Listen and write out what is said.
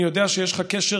אני יודע שיש לך קשר